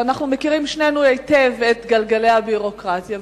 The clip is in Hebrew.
אבל שנינו מכירים היטב את גלגלי הביורוקרטיה.